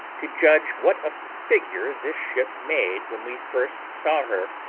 to judge what a figure this ship made when we first saw her,